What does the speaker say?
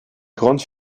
grandes